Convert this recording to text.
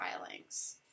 filings